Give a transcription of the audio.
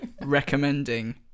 recommending